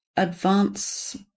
advance